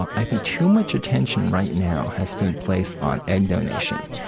i think too much attention right now has been placed on egg donation.